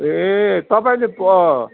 ए तपाईँले अँ